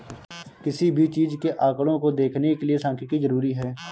किसी भी चीज के आंकडों को देखने के लिये सांख्यिकी जरूरी हैं